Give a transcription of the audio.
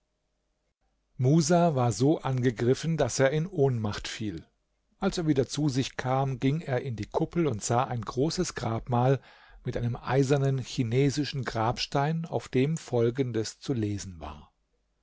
musa war so angegriffen daß er in ohnmacht fiel als er wieder zu sich kam ging er in die kuppel und sah ein großes grabmal mit einem eisernen chinesischen grabstein auf dem folgendes zu lesen war